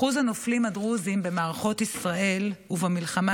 אחוז הנופלים הדרוזים במערכות ישראל ובמלחמה